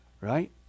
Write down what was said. right